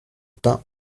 pin